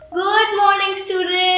good morning students